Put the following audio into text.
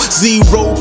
zero